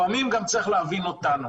לפעמים גם צריך להבין אותנו,